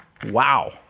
Wow